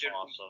awesome